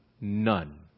None